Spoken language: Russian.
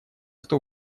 кто